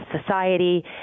society